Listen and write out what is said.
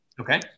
Okay